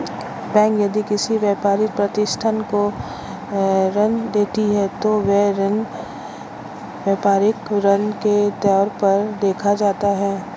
bank यदि किसी व्यापारिक प्रतिष्ठान को ऋण देती है तो वह ऋण व्यापारिक ऋण के तौर पर देखा जाता है